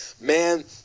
man